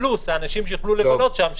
פלוס האנשים שיוכלו לבלות שם,